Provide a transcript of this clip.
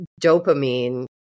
dopamine